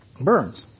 burns